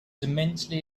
immensely